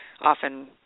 often